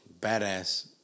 badass